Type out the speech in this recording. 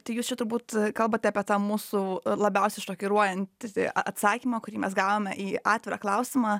tai jūs čia turbūt kalbate apie tą mūsų labiausiai šokiruojantį atsakymą kurį mes gavome į atvirą klausimą